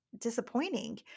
disappointing